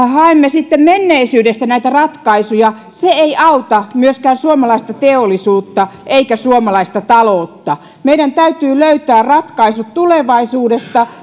haemme menneisyydestä ratkaisuja ei auta myöskään suomalaista teollisuutta eikä suomalaista taloutta meidän täytyy löytää ratkaisu tulevaisuudesta